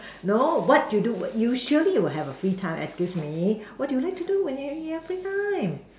no what you do you surely will have a free time excuse me what do you like to do when you have free time